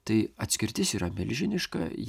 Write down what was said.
tai atskirtis yra milžiniška